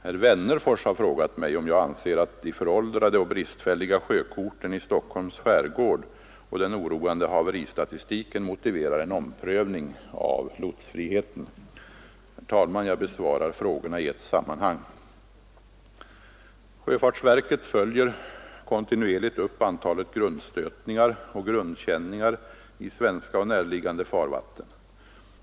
Herr Wennerfors har frågat mig, om jag anser att de föråldrade och bristfälliga sjökorten i Stockholms skärgård och den oroande haveristatistiken motiverar en omprövning av lotsfriheten. Jag besvarar frågorna i ett sammanhang. Sjöfartsverket följer kontinuerligt upp antalet grundstötningar och grundkänningar i svenska och närliggande farvatten.